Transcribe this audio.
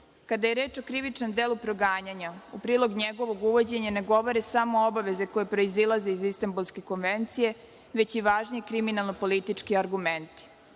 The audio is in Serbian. Kada je reč o krivičnog delu proganjanja, u prilog njegovog uvođenja ne govore samo obaveze koje proizilaze iz Istanbulske konvencije, već i važni kriminalno politički argumenti.